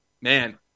man